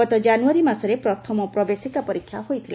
ଗତ ଜାନୁଆରୀ ମାସରେ ପ୍ରଥମ ପ୍ରବେଶିକା ପରୀକ୍ଷା ହୋଇଥିଲା